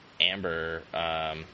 Amber